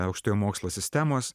aukštojo mokslo sistemos